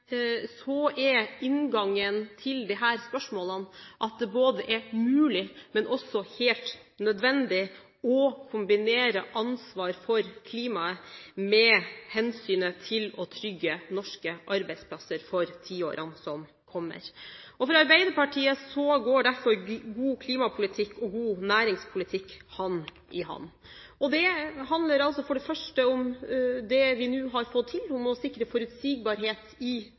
Så vil jeg legge til at for Arbeiderpartiet er inngangen til disse spørsmålene at det både er mulig og helt nødvendig å kombinere ansvar for klimaet med hensynet til å trygge norske arbeidsplasser for tiårene som kommer. For Arbeiderpartiet går derfor god klimapolitikk og god næringspolitikk hånd i hånd. Det handler for det første om det vi nå har fått til, om å sikre forutsigbarhet i